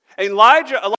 Elijah